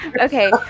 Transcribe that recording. okay